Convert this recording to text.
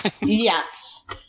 yes